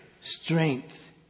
strength